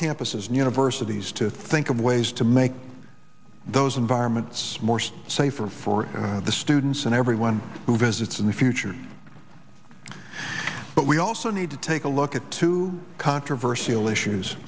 campuses and universities to think of ways to make those environments more safer for the students and everyone who visits in the future but we also need to take a look at to controversy all issues